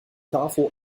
tafel